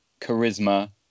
charisma